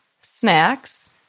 snacks